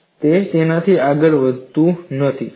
તે તેનાથી આગળ વધ્યું ન હોત